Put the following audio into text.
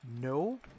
No